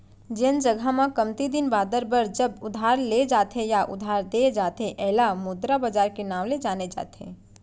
जेन जघा म कमती दिन बादर बर जब उधार ले जाथे या उधार देय जाथे ऐला मुद्रा बजार के नांव ले जाने जाथे